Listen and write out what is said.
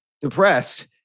depressed